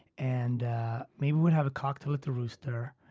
and maybe we'd have a cocktail at the rooster.